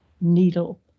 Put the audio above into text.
needle